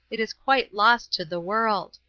it is quite lost to the world.